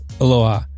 Aloha